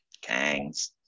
Kings